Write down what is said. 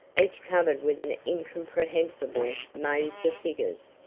each covered with an incomprehensible maze of figures.